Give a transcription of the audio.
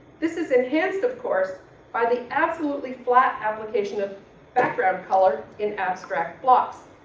this is enhanced of course by the absolutely flat application of background color in abstract blocks.